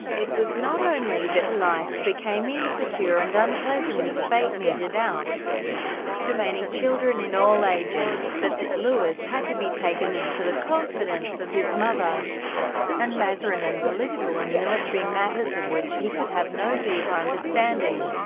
it was not only that life became insecure and unpleasant a fate meted out to many children in all ages, but that louis had to be taken into the confidence of his mother and mazarin and political and military matters of which he could have no deep understanding.